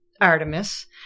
Artemis